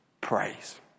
praise